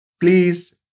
please